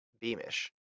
Beamish